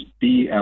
BL